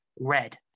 red